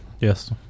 Yes